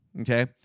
okay